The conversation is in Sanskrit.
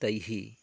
तैः